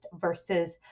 versus